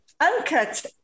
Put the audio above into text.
Uncut